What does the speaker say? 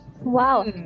Wow